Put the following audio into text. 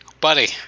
buddy